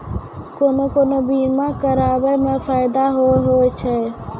कोन कोन बीमा कराबै मे फायदा होय होय छै?